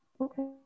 Okay